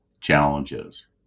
challenges